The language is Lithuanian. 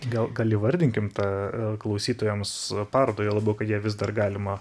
gal gal įvardinkim tą e klausytojams parodą juo labiau kad ją vis dar galima